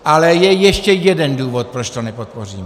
Ale je ještě jeden důvod, proč to nepodpoříme.